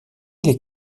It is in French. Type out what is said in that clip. les